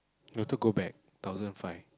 you go to back thousand five